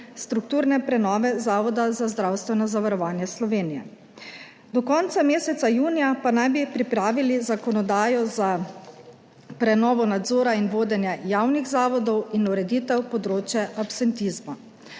strukturne prenove Zavoda za zdravstveno zavarovanje Slovenije. Do konca meseca junija pa naj bi pripravili zakonodajo za prenovo nadzora in vodenja javnih zavodov in ureditev področja absentizma.